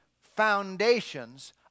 foundations